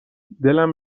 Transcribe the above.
دلم